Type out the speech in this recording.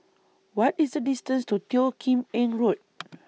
What IS The distance to Teo Kim Eng Road